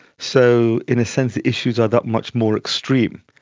so in a sense the issues are that much more extreme.